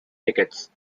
tickets